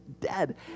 dead